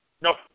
Nope